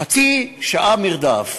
חצי שעה מרדף.